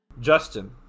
Justin